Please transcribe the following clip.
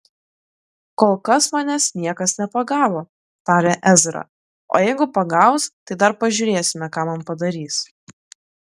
kol kas manęs niekas nepagavo tarė ezra o jeigu pagaus tai dar pažiūrėsime ką man padarys